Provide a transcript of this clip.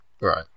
Right